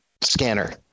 scanner